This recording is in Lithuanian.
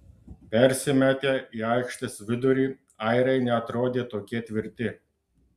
persimetę į aikštės vidurį airiai neatrodė tokie tvirti